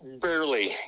barely